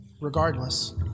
Regardless